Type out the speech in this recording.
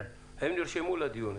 הם נרשמו לדיון.